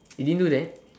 you didn't do that